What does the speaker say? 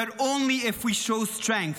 but only if we show strength.